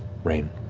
rain.